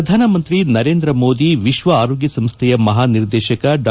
ಪ್ರಧಾನಮಂತ್ರಿ ನರೇಂದ್ರ ಮೋದಿ ವಿಶ್ವ ಆರೋಗ್ಯ ಸಂಸ್ದೆಯ ಮಹಾ ನಿರ್ದೇಶಕ ಡಾ